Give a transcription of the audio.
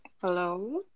Hello